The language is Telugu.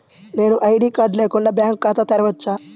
నేను ఐ.డీ కార్డు లేకుండా బ్యాంక్ ఖాతా తెరవచ్చా?